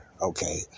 okay